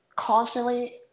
Constantly